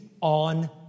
on